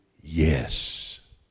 yes